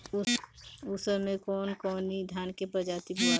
उसर मै कवन कवनि धान के प्रजाति बोआला?